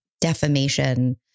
defamation